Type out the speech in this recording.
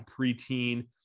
preteen